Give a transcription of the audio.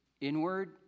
inward